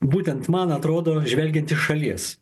būtent man atrodo žvelgiant iš šalies